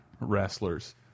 wrestlers